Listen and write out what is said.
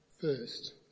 first